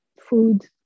food